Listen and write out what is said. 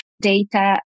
data